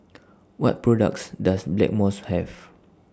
What products Does Blackmores Have